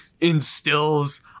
instills